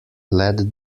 led